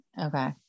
Okay